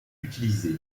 utilisée